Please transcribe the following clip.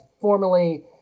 formerly